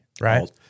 right